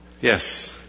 Yes